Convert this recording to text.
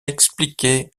expliquer